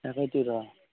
তাকেইটো ৰ'